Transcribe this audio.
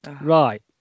Right